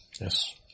Yes